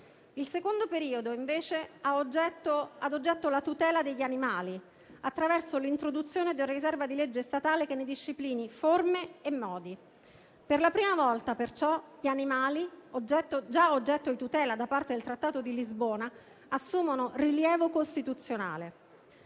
Il secondo periodo, invece, ha ad oggetto la tutela degli animali, attraverso l'introduzione di una riserva di legge statale che ne disciplini forme e modi. Per la prima volta perciò gli animali, già oggetto di tutela da parte del Trattato di Lisbona, assumono rilievo costituzionale.